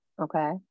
Okay